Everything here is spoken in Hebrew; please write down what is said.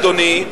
אדוני,